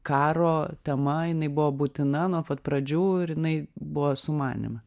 karo tema jinai buvo būtina nuo pat pradžių ir jinai buvo su manimi